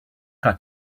got